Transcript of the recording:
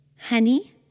Honey